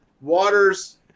waters